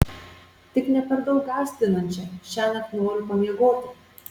tik ne per daug gąsdinančią šiąnakt noriu pamiegoti